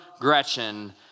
Gretchen